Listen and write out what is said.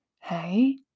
Hey